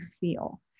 feel